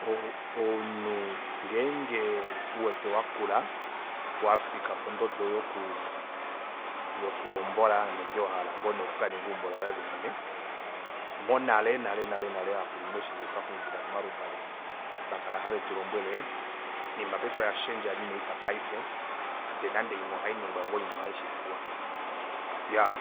O- o omunhu ngeenge uwete wakula wafika pondodo yoku yokuhombola nenge wahala ngoo nee oku kaninga eumbo loye ove mwene monale nale nale aakulunhu eshi nee twaxungila pomalupale vakala have tulombwele inima paife oyandja nee paife ndee nande imwe ohainingwa ngoo imwe ohaishikulwa iyaa